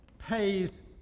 pays